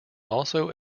also